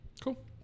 Cool